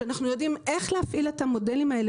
שאנחנו יודעים איך להפעיל את המודלים האלה